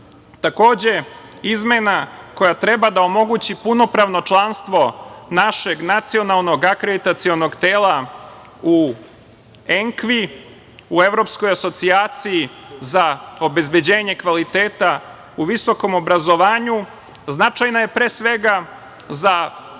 izmena koja treba da omogući punopravno članstvo našeg nacionalnog akreditacionog tela u ENKVI u Evropskoj asocijaciji za obezbeđenje kvaliteta u visokom obrazovanju značajna je, pre svega za